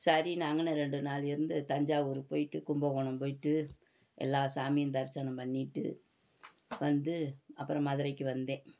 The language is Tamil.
சரின்னு அங்கேன ரெண்டு நாள் இருந்து தஞ்சாவூர் போய்விட்டு கும்பகோணம் போய்விட்டு எல்லா சாமியும் தரிசனம் பண்ணிவிட்டு வந்து அப்புறம் மதுரைக்கு வந்தேன்